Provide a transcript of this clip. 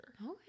Okay